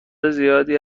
زیادی